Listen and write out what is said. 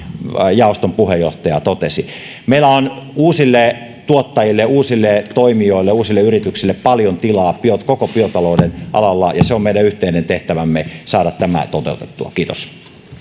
jaoston puheenjohtaja totesi meillä on uusille tuottajille uusille toimijoille uusille yrityksille paljon tilaa koko biotalouden alalla ja on meidän yhteinen tehtävämme saada tämä toteutettua kiitos